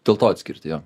dėl to atskirti jo